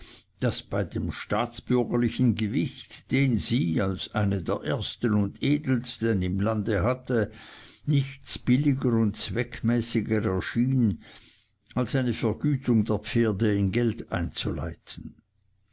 daß bei dem staatsbürgerlichen gewicht den sie als eine der ersten und edelsten im lande hatte nichts billiger und zweckmäßiger schien als eine vergütigung der pferde in geld einzuleiten